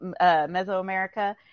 Mesoamerica